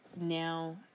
now